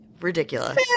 Ridiculous